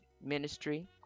ministry